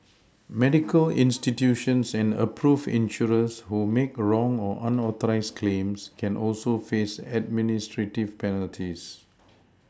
medical institutions and approved insurers who make wrong or unauthorised claims can also face administrative penalties